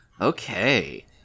Okay